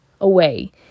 away